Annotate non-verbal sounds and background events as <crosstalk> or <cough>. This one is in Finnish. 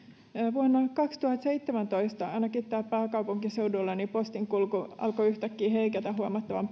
vuonna kaksituhattaseitsemäntoista ainakin täällä pääkaupunkiseudulla postinkulku alkoi yhtäkkiä heiketä huomattavan <unintelligible>